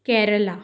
Kerala